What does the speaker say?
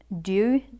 due